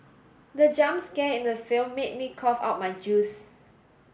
the jump scare in the film made me cough out my juice